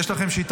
יש לכם שיטה.